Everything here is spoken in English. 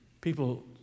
People